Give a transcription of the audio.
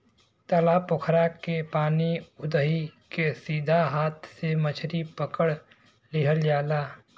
तालाब पोखरा के पानी उदही के सीधा हाथ से मछरी पकड़ लिहल जाला